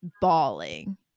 bawling